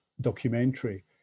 documentary